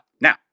Now